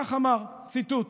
כך אמר, ציטוט: